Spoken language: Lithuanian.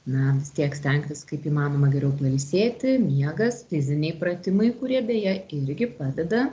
na vis tiek stengtis kaip įmanoma geriau pailsėti miegas fiziniai pratimai kurie beje irgi padeda